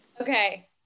Okay